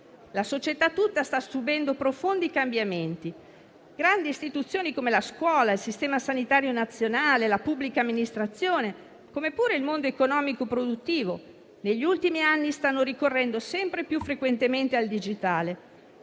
La società tutta sta subendo profondi cambiamenti: grandi istituzioni come la scuola, il Servizio sanitario nazionale, la pubblica amministrazione, come pure il mondo economico produttivo, negli ultimi anni stanno ricorrendo sempre più frequentemente al digitale,